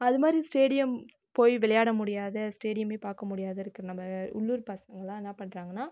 அது மாதிரி ஸ்டேடியம் போய் விளையாட முடியாத ஸ்டேடியமே பார்க்க முடியாது இருக்கிற நம்ப உள்ளூர் பசங்களெலாம் என்னா பண்ணுறாங்கன்னா